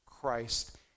Christ